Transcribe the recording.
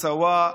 השוויון,